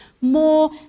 more